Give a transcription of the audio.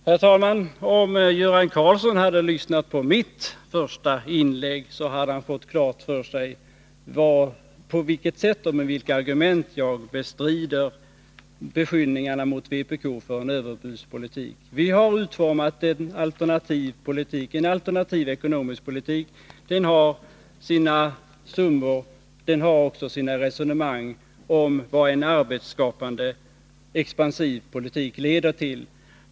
Herr talman! Om Göran Karlsson hade lyssnat till mitt första inlägg hade han fått klart för sig på vilket sätt och med vilka argument jag bestrider beskyllningarna mot vpk för en överbudspolitik. Vi har utformat en alternativ ekonomisk politik, och där finns också resonemang om vad en arbetsskapande, expansiv politik leder till.